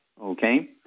okay